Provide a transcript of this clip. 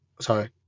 Sorry